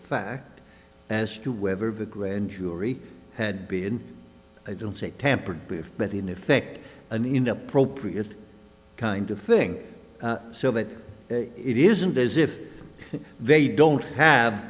fact as to whether the grand jury had been i don't say tampered with but in effect an inappropriate kind of thing so that it isn't as if they don't have